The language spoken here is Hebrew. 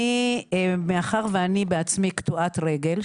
מאחר שאני בעצמי קטועת רגל,